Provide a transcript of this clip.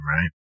right